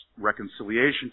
reconciliation